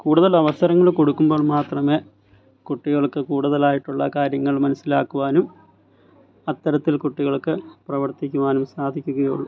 കൂടുതലവസരങ്ങൾ കൊടുക്കുമ്പോൾ മാത്രമേ കുട്ടികൾക്ക് കൂടുതലായിട്ടുള്ള കാര്യങ്ങൾ മനസ്സിലാക്കുവാനും അത്തരത്തിൽ കുട്ടികൾക്ക് പ്രവർത്തിക്കുവാനും സാധിക്കുകയുളളൂ